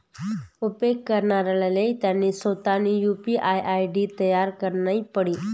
उपेग करणाराले त्यानी सोतानी यु.पी.आय आय.डी तयार करणी पडी